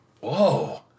whoa